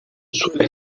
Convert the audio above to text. suele